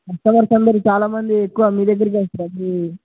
customers అందరూ చాలామంది ఎక్కువ మీ దగ్గరికే వస్తారా అండి